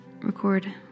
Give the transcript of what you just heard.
record